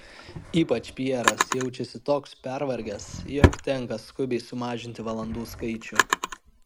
ypač pjeras jaučiasi toks pervargęs jog tenka skubiai sumažinti valandų skaičių